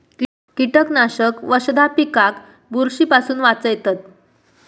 कीटकनाशक वशधा पिकाक बुरशी पासून वाचयतत